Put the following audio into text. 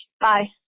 bye